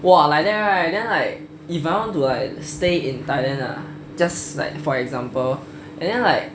!wah! like that right then like if I want to like stay in thailand lah just like for example and then like